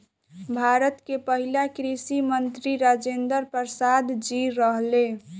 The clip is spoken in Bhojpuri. भारत के पहिला कृषि मंत्री राजेंद्र प्रसाद जी रहले